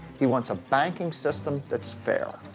he wants a banking system that's fair,